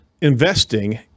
investing